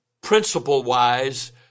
principle-wise